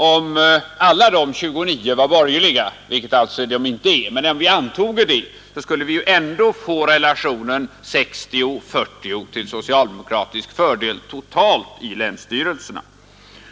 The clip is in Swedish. Om alla dessa 29 var borgerliga — vilket de inte är — skulle vi ändå få relationen 60—40 till socialdemokratisk fördel totalt i länsstyrelserna.